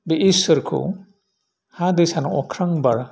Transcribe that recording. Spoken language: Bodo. बे इसोरखौ हा दै सान अख्रां बार